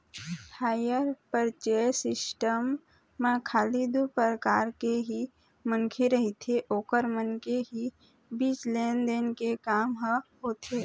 hire purchase system म खाली दू परकार के ही मनखे रहिथे ओखर मन के ही बीच लेन देन के काम ह होथे